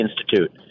Institute